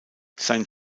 sein